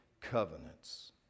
covenants